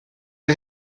les